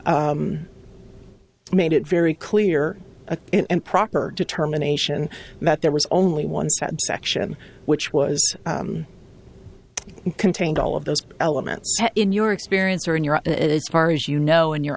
made it very clear a and proper determination that there was only one section which was contained all of those elements in your experience or in europe as far as you know in your